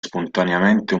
spontaneamente